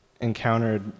encountered